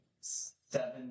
seven